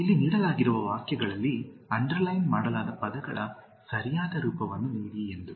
ಇಲ್ಲಿ ನೀಡಲಾಗಿರುವ ವಾಕ್ಯಗಳಲ್ಲಿ ಅಂಡರ್ಲೈನ್ ಮಾಡಲಾದ ಪದಗಳ ಸರಿಯಾದ ರೂಪವನ್ನು ನೀಡಿ ಎಂದು